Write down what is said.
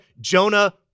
Jonah